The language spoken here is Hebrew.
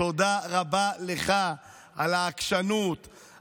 תודה רבה לך על העקשנות,